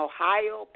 Ohio